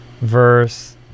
verse